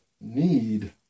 need